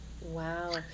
Wow